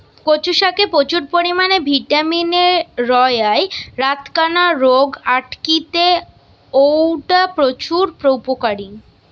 কচু শাকে প্রচুর পরিমাণে ভিটামিন এ রয়ায় রাতকানা রোগ আটকিতে অউটা প্রচুর উপকারী